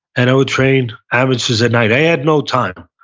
and i would train amateurs at night i had no time,